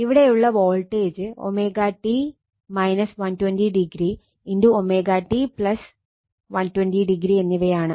ഇവിടെയുള്ള voltage t 120o എന്നിവയാണ്